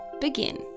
begin